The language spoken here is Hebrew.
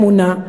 "אמונה",